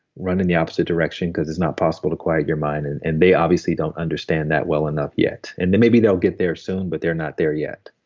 run in the opposite direction because it's not possible to quiet your mind, and and they obviously don't understand that well enough yet. and maybe they'll get there soon, but they're not there yet.